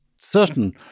certain